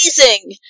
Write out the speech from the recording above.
amazing